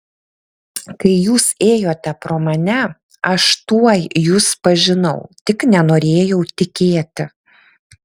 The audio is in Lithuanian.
kai jūs ėjote pro mane aš tuoj jus pažinau tik nenorėjau tikėti